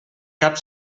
cap